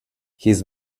his